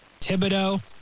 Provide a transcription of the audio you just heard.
Thibodeau